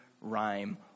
rhyme